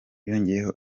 yongeyeho